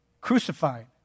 crucified